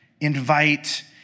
invite